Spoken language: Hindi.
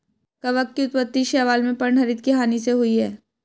कवक की उत्पत्ति शैवाल में पर्णहरित की हानि होने से हुई है